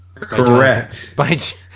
Correct